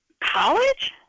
College